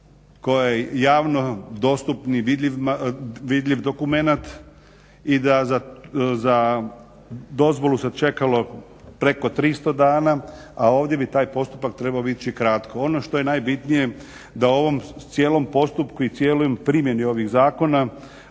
koja je javno dostupni vidljiv dokumenat i da za dozvolu se čekalo preko 300 dana, a ovdje bi taj postupak trebao ići kratko. Ono što je najbitnije da o ovom cijelom postupku i cijeloj primjeni ovih zakona